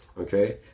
Okay